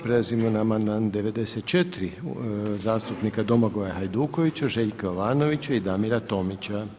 Prelazimo na amandman 94. zastupnika Domagoja Hajdukovića, Željka Jovanovića i Damira Tomića.